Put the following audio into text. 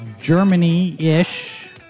Germany-ish